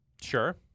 Sure